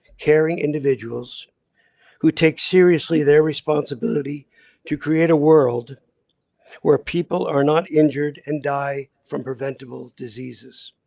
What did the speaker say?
caring individuals who take seriously their responsibility to create a world where people are not injured and die from preventable diseases.